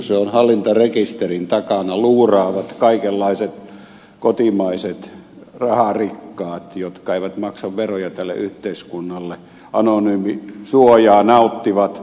se on hallintarekisterin takana luuraavat kaikenlaiset kotimaiset raharikkaat jotka eivät maksa veroja tälle yhteiskunnalle anonyymisuojaa nauttivat